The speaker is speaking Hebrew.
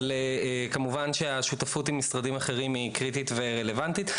אבל כמובן שהשותפות עם משרדים אחרים היא קריטית ורלוונטית.